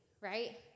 right